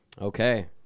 Okay